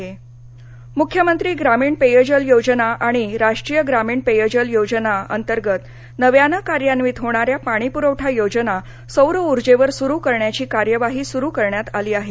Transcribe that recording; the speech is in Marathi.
पाणीपरवठा मंत्री मुख्यमंत्री ग्रामीण पेयजल योजना आणि राष्ट्रीय ग्रामीण पेयजल योजना अंतर्गत नव्यानं कार्यान्वित होणाऱ्या पाणीपुरवठा योजना सौरऊर्जेवर सुरू करण्याची कार्यवाही सुरु करण्यात आली आहे